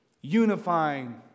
unifying